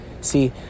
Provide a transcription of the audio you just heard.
See